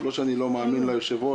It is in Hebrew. לא שאני לא מאמין ליושב-ראש,